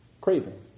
craving